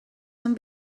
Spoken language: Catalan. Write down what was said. són